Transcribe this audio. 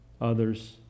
others